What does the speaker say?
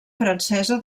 francesa